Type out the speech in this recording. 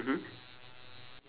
is what colour